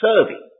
serving